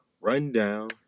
Rundown